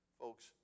folks